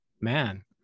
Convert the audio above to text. Man